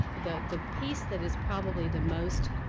the the piece that is probably the most